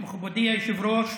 אדוני היושב-ראש?